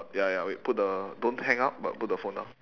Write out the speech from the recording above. ya ya wait put the don't hang up but put the phone down